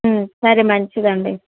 సరే మంచిదండి